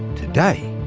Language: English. today,